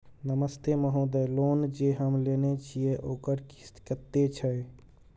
नमस्ते महोदय, लोन जे हम लेने छिये ओकर किस्त कत्ते छै?